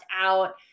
out